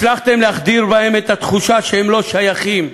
הצלחתם להחדיר בהם את התחושה שהם לא שייכים,